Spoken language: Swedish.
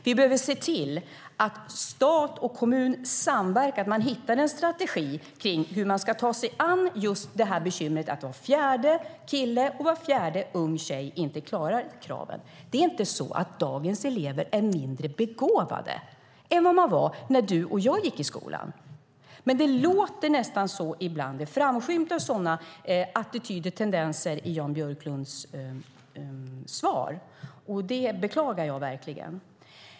Vi behöver se till att stat och kommun samverkar och hittar en strategi för hur man ska ta sig an det bekymret att var fjärde kille och var fjärde ung tjej inte klarar kraven. Dagens elever är inte mindre begåvade än vad eleverna var när du och jag gick i skolan, Jan Björklund, men det låter nästan så ibland. Det framskymtar sådana attityder och tendenser i Jan Björklunds svar. Det beklagar jag verkligen.